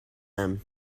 them